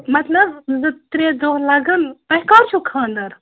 مطلب زٕ ترٛےٚ دۄہ لَگَن تۄہہِ کَر چھُو خانٛدَر